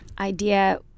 idea